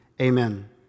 Amen